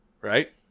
Right